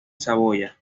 saboya